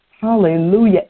Hallelujah